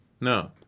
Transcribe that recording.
No